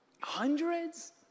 Hundreds